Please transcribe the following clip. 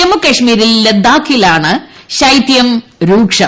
ജമ്മുകശ്മീരിൽ ലുഡ്രിക്കിലാണ് ശൈത്യം രൂക്ഷം